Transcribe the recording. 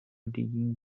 digging